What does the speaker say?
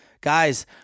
Guys